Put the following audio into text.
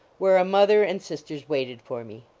where a mother and sisters waited for me.